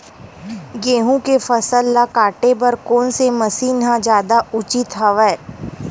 गेहूं के फसल ल काटे बर कोन से मशीन ह जादा उचित हवय?